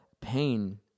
pain